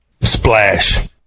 Splash